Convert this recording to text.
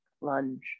lunge